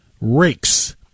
rakes